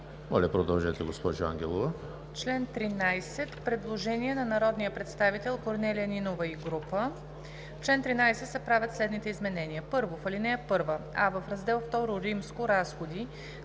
Моля, продължете, госпожо Ангелова.